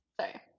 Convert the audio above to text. Sorry